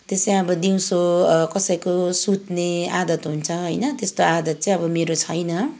त्यसै अब दिउँसो कसैको सुत्ने आदत हुन्छ होइन त्यस्तो आदत चाहिँ अब मेरो छैन